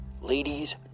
Ladies